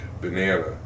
Banana